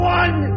one